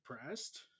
depressed